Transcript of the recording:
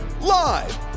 Live